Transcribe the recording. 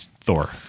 Thor